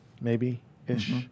Maybe-ish